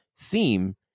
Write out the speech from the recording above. theme